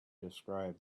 described